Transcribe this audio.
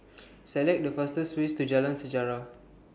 Select The fastest ways to Jalan Sejarah